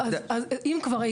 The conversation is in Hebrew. אז אם כבר,